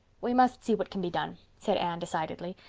we must see what can be done, said anne decidedly,